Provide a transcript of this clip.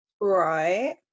Right